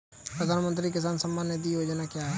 प्रधानमंत्री किसान सम्मान निधि योजना क्या है?